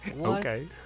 okay